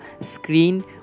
screen